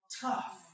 tough